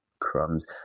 Crumbs